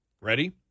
Ready